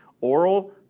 Oral